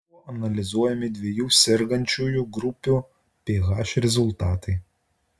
buvo analizuojami dviejų sergančiųjų grupių ph rezultatai